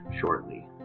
shortly